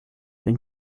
been